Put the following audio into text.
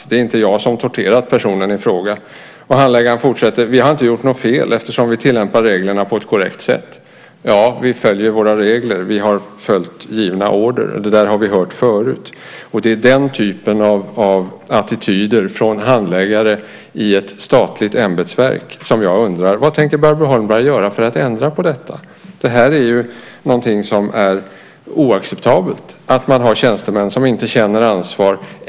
Det är inte jag som torterat personen i fråga. Handläggaren fortsätter: Vi har inte gjort något fel eftersom vi tillämpar reglerna på ett korrekt sätt. Ja, vi följer våra regler. Vi har följt givna order - det där har vi hört förut. Det är beträffande den typen av attityder från handläggare i ett statligt ämbetsverk som jag undrar: Vad tänker Barbro Holmberg göra för att ändra på detta? Det är oacceptabelt att ha tjänstemän som inte känner ansvar.